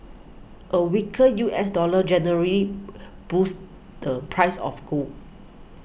a weaker U S dollar generally boosts the price of gold